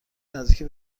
نزدیکی